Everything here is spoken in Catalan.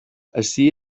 ací